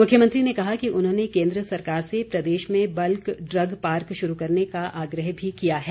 मुख्यमंत्री ने कहा कि उन्होंने केंद्र सरकार से प्रदेश में बल्क ड्रग पार्क शुरू करने का आग्रह भी किया है